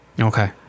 Okay